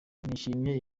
nishimiye